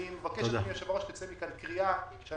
אני מבקש אדוני היושב ראש שתצא מכאן קריאה שלא